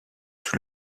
sous